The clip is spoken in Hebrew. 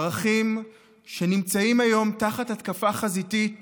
ערכים שנמצאים היום תחת התקפה חזיתית